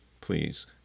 please